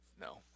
No